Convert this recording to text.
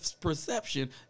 perception